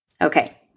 Okay